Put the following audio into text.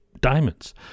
diamonds